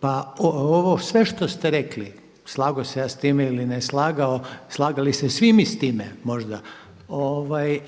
pa ovo sve što ste rekli slagao se ja s time ili ne slagao, slagali se svi mi s time možda